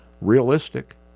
realistic